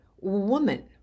woman